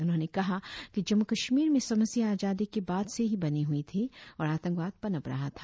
उन्होंने कहा कि जम्मू कश्मीर में समस्या आजादी के बाद से ही बनी हुई थी और आंतकवाद पनप रहा था